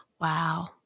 Wow